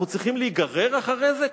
אנחנו צריכים להיגרר אחרי זה?